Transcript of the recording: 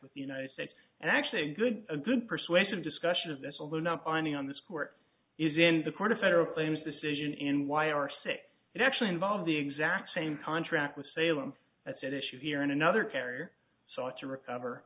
with the united states and actually a good a good persuasive discussion of this although now ponding on this court is in the court of federal claims decision and why are sick and actually involve the exact same contract with salem that's at issue here and another carrier sought to recover